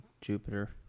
Jupiter